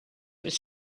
was